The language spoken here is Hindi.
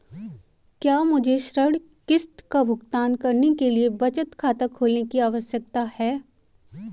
क्या मुझे ऋण किश्त का भुगतान करने के लिए बचत खाता खोलने की आवश्यकता है?